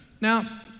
Now